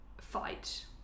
fight